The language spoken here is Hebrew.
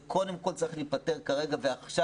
לא, קודם כל זה צריך להיפתר כרגע ועכשיו.